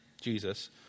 Jesus